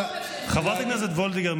חברת הכנסת וולדיגר,